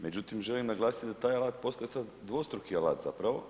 Međutim, želim naglasiti da taj alat postaje sad dvostruki alat zapravo.